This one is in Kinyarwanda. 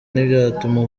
ntibyatuma